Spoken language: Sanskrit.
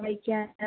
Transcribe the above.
बैक्यानं